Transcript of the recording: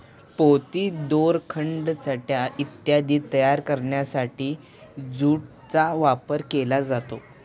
पोती, दोरखंड, चटया इत्यादी तयार करण्यासाठी ज्यूटचा वापर केला जातो